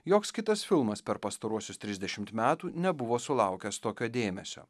joks kitas filmas per pastaruosius trisdešimt metų nebuvo sulaukęs tokio dėmesio